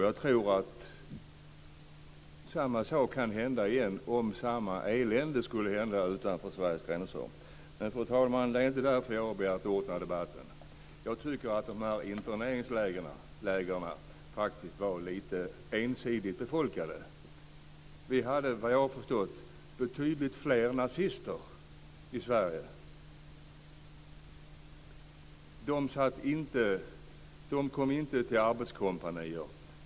Jag tror att samma sak kan hända igen om samma elände skulle hända utanför Sveriges gränser. Fru talman! Det är inte därför jag har begärt ordet i den här debatten. Jag tycker att interneringslägren var lite ensidigt befolkade. Vi hade, såvitt jag förstått, betydligt fler nazister i Sverige. De kom inte till arbetskompanier.